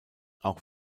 auch